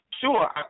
Sure